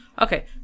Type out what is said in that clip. Okay